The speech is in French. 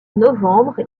novembre